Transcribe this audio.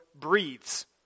breathes